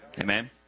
Amen